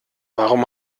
warum